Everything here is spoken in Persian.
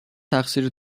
تقصیر